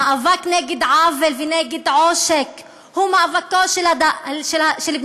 המאבק נגד עוול ונגד עושק הוא מאבקם של בני-אדם.